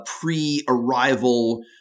pre-arrival